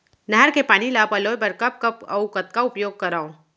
नहर के पानी ल पलोय बर कब कब अऊ कतका उपयोग करंव?